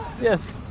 Yes